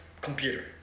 computer